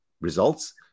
results